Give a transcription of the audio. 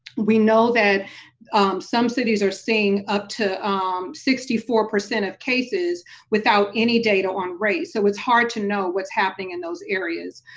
we know that some cities are seeing up to sixty four percent of cases without any data on race. so it's hard to know what's happening in those areas,